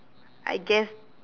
I guess